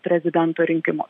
prezidento rinkimus